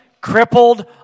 crippled